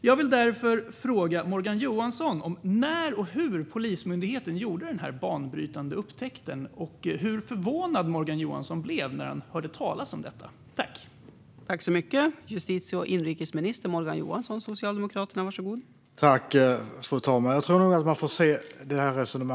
Jag vill därför fråga Morgan Johansson om när och hur Polismyndigheten gjorde denna banbrytande upptäckt och hur förvånad Morgan Johansson blev när han hörde talas om detta.